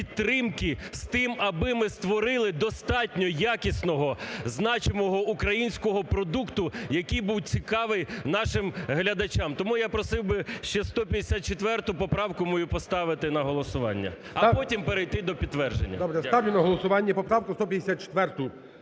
підтримки з тим, аби ми створили достатньо якісного, значимого українського продукту, який був цікавий нашим глядачам. Тому я просив би ще 154 поправку мою поставити на голосування. А потім перейти до підтвердження. ГОЛОВУЮЧИЙ. Добре. Ставлю на голосування поправку 154